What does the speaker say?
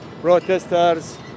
protesters